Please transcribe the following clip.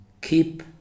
keep